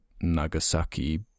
Nagasaki